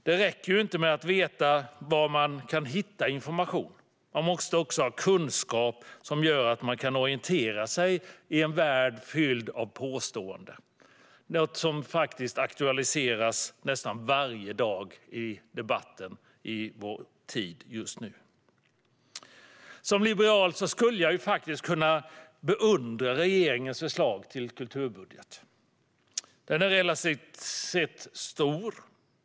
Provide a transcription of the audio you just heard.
Det räcker inte att veta var man kan hitta information. Man måste också ha kunskap som gör att man kan orientera sig i en värld fylld av påståenden. Det är någonting som faktiskt aktualiseras nästan varje dag i debatten just nu i vår tid. Som liberal skulle jag faktiskt kunna beundra regeringens förslag till kulturbudget. Den är relativt sett stor.